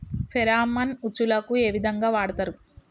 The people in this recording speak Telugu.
ఫెరామన్ ఉచ్చులకు ఏ విధంగా వాడుతరు?